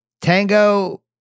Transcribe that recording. Tango